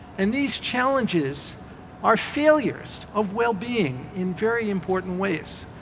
and these challenges are failures of well-being in very important ways.